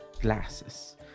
glasses